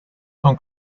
son